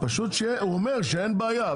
הוא אומר שאין בעיה,